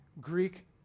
Greek